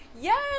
yes